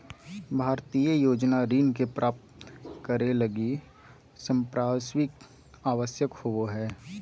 भारतीय योजना ऋण के प्राप्तं करे लगी संपार्श्विक आवश्यक होबो हइ